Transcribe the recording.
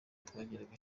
twagiraga